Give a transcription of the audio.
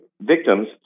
victims